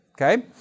okay